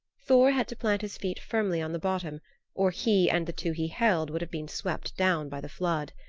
thor had to plant his feet firmly on the bottom or he and the two he held would have been swept down by the flood.